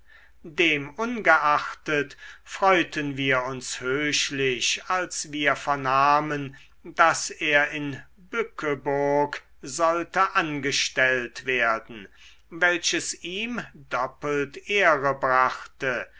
demungeachtet freuten wir uns höchlich als wir vernahmen daß er in bückeburg sollte angestellt werden welches ihm doppelt ehre brachte